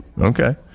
Okay